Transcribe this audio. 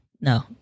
no